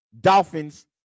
Dolphins